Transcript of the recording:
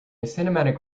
cinematic